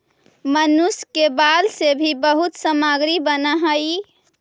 मनुष्य के बाल से भी बहुत सामग्री बनऽ हई